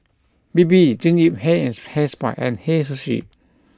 Bebe Jean Yip Hair and Hair Spa and Hei Sushi